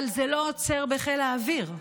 אבל זה לא עוצר בחיל האוויר.